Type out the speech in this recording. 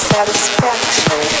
Satisfaction